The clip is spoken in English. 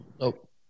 Nope